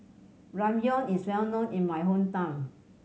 ramyeon is well known in my hometown